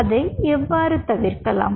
அதை எவ்வாறு தவிர்க்கலாம்